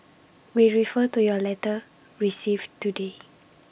we refer to your letter received today